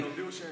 הם הודיעו שאין.